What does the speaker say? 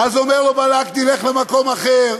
ואז אומר לו בלק: תלך למקום אחר,